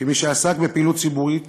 כמי שעסק בפעילות ציבורית